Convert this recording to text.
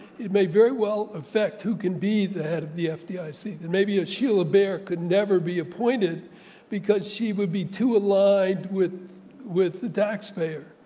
it may very well affect who can be the head of the fdic and maybe your sheila bair could never be appointed because she would be too aligned with with the taxpayer.